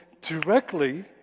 directly